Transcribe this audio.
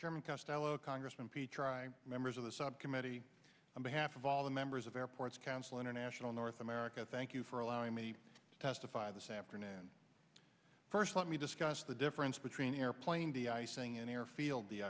german costello congressman pete tri members of the subcommittee on behalf of all the members of airports council international north america thank you for allowing me to testify this afternoon and first let me discuss the difference between the airplane the icing in air field the